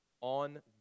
On